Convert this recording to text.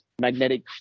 magnetic